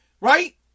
Right